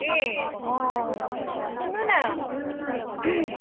ए अँ सुन्नु न